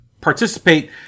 participate